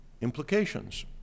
implications